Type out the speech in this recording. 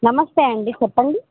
నమస్తే అండి చెప్పండి